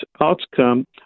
outcome